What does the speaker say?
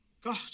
God